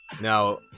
Now